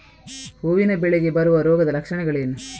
ಹೂವಿನ ಬೆಳೆಗೆ ಬರುವ ರೋಗದ ಲಕ್ಷಣಗಳೇನು?